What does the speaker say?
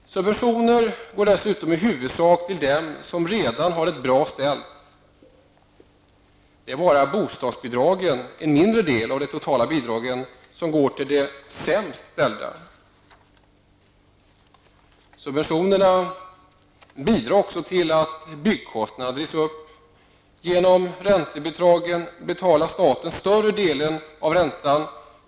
Subventionerna går dessutom i huvudsak till dem som redan har det bra ställt. Det är bara bostadsbidragen -- en mindre del av de totala bidragen -- som går till de sämst ställda. Subventionerna bidrar också till att byggkostnaderna drivs upp. Genom räntebidragen betalar staten större delen av räntan.